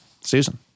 Susan